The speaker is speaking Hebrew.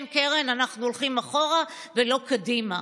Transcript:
כן, אנחנו הולכים אחורה ולא קדימה.